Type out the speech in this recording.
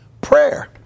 prayer